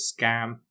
scam